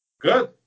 Good